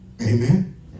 Amen